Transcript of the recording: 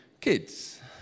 kids